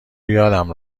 یادم